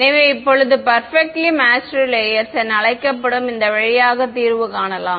எனவே இப்போது perfectly matched layers என அழைக்கப்படும் இந்த வழியாக தீர்வு காணலாம்